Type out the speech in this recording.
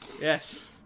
Yes